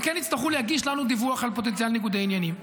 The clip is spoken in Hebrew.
הם כן יצטרכו להגיש לנו דיווח על פוטנציאל ניגודי עניינים.